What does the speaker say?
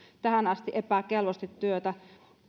tähän asti epäkelvosti työtä